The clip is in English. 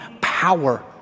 power